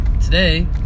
today